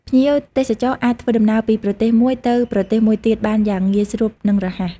ភ្ញៀវទេសចរអាចធ្វើដំណើរពីប្រទេសមួយទៅប្រទេសមួយទៀតបានយ៉ាងងាយស្រួលនិងរហ័ស។